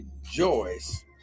rejoice